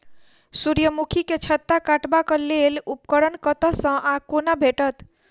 सूर्यमुखी केँ छत्ता काटबाक लेल उपकरण कतह सऽ आ कोना भेटत?